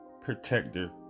protector